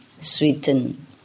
sweetened